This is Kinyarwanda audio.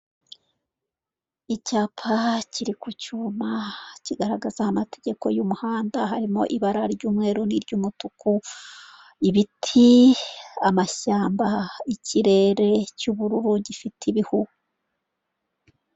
Icyapa kiri ku cyuma, kigaragaza amategeko y'umuhanda harimo ibara ry'umweru na iry'umutuku ibiti, amashyamba, ikirere cy'ubururu gifite ibihu.